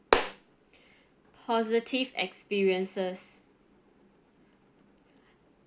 positive experiences